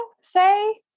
say